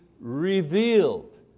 revealed